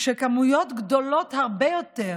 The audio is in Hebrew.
כשכמויות גדולות הרבה יותר